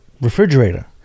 refrigerator